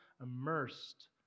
immersed